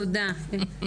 תודה.